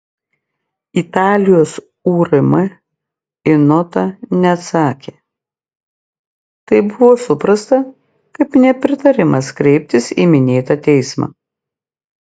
italijos urm į notą neatsakė tai buvo suprasta kaip nepritarimas kreiptis į minėtą teismą